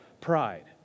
pride